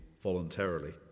voluntarily